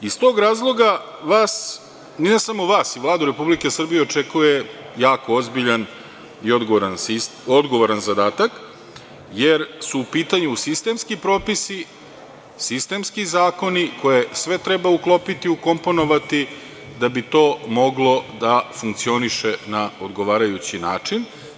Iz tog razloga vas, ne samo vas, i Vladu Republike Srbije očekuje jako ozbiljan i odgovoran zadatak, jer su u pitanju sistemski propisi, sistemski zakoni koje sve treba uklopiti, ukomponovati da bi to moglo da funkcioniše na odgovarajući način.